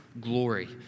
glory